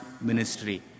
ministry